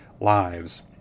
lives